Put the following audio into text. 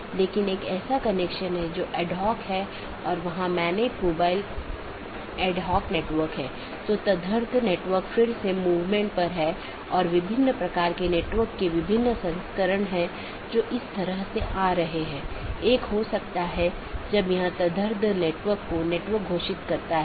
यह एक चिन्हित राउटर हैं जो ऑटॉनमस सिस्टमों की पूरी जानकारी रखते हैं और इसका मतलब यह नहीं है कि इस क्षेत्र का सारा ट्रैफिक इस क्षेत्र बॉर्डर राउटर से गुजरना चाहिए लेकिन इसका मतलब है कि इसके पास संपूर्ण ऑटॉनमस सिस्टमों के बारे में जानकारी है